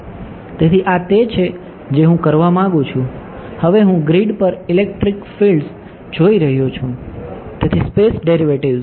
તેથી આ તે છે જે હું કરવા માંગુ છું હવે હું ગ્રીડ પર ઇલેક્ટ્રિક ફિલ્ડ્સ જોઈ રહ્યો છું તેથી સ્પેસ ડેરિવેટિવ્ઝ